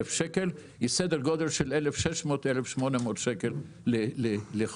שקל הוא סדר גודל של 1,600 - 1,800 שקל לחודש,